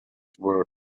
were